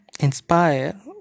inspire